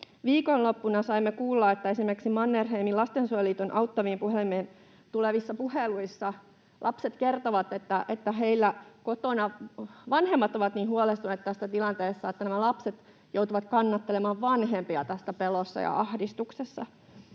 Viikonloppuna saimme kuulla, että esimerkiksi Mannerheimin Lastensuojeluliiton auttaviin puhelimiin tulevissa puheluissa lapset kertovat, että heillä kotona vanhemmat ovat niin huolestuneita tästä tilanteesta, että lapset joutuvat kannattelemaan vanhempiaan tässä pelossa ja ahdistuksessa.